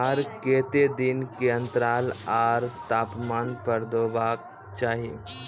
आर केते दिन के अन्तराल आर तापमान पर देबाक चाही?